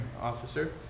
officer